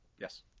Yes